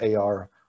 AR